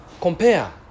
compare